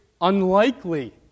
unlikely